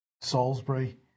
Salisbury